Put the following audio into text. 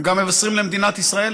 הם גם מבשרים רעות למדינת ישראל,